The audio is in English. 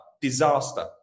Disaster